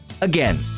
Again